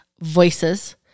voices